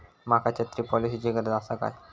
माका छत्री पॉलिसिची गरज आसा काय?